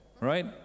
right